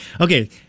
Okay